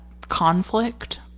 conflict